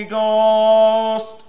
Ghost